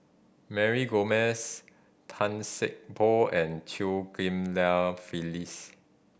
Mary Gomes Tan Sei Poh and Chew Ghim Lia Phyllis